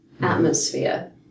atmosphere